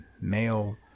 Male